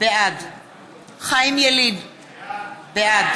בעד חיים ילין, בעד